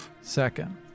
second